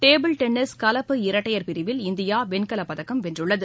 table tennis கலப்பு இரட்டையர் பிரிவில் இந்தியாவெண்கலப் பதக்கம் வென்றுள்ளது